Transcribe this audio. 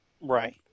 Right